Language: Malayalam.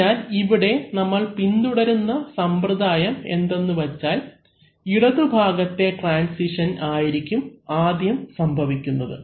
അതിനാൽ ഇവിടെ നമ്മൾ പിന്തുടരുന്ന സമ്പ്രദായം എന്തെന്നുവെച്ചാൽ ഇടത് ഭാഗത്തെ ട്രാൻസിഷൻ ആയിരിക്കും ആദ്യം സംഭവിക്കുന്നത്